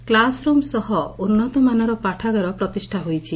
Claus room ସହ ଉନ୍ନତମାନର ପାଠାଗାର ପ୍ରତିଷ୍ଠା ହୋଇଛି